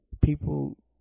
people